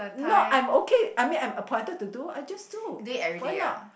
not I'm okay I mean I'm appointed to do I'll just do why not